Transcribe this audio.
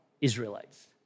Israelites